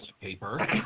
paper